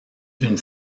une